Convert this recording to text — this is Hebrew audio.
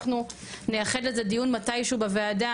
אנחנו נייחד לזה דיון מתישהו בוועדה,